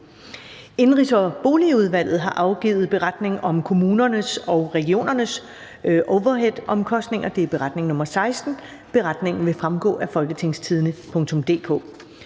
Indenrigs- og boligudvalget har afgivet: Beretning om kommunernes og regionernes overheadomkostninger. (Beretning nr. 16). Beretningen vil fremgå af www.folketingstidende.dk.